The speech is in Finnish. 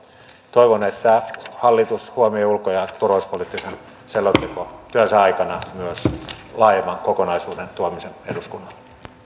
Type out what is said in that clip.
toivon että hallitus huomioi ulko ja ja turvallisuuspoliittisen selontekotyönsä aikana myös laajemman kokonaisuuden tuomisen eduskunnalle